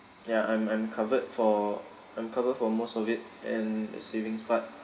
ya I'm I'm covered for I'm covered for most of it and the savings part